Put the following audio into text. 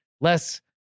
less